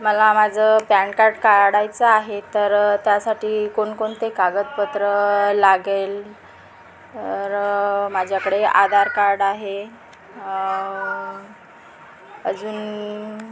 मला माझं PAN card काढायचं आहे तर त्यासाठी कोणकोणते कागदपत्र लागेल तर माझ्याकडे आधार कार्ड आहे अजून